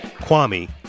Kwame